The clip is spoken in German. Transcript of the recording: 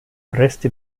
reste